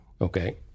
okay